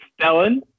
Stellan